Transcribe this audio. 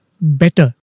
better